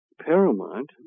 paramount